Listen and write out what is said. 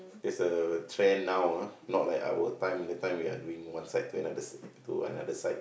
there's a trend now ah not like our time that time we are doing one side to another s~ to another side